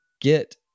get